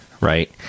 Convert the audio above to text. right